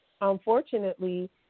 unfortunately